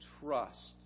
trust